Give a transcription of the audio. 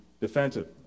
defensive